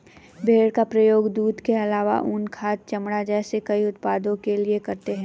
भेड़ का प्रयोग दूध के आलावा ऊन, खाद, चमड़ा जैसे कई उत्पादों के लिए करते है